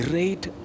Great